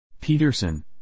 Peterson